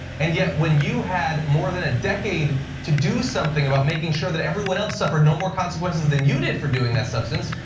and yet, when you had more than a decade to do something about making sure that everyone else suffered no more consequences than you did for doing that substance,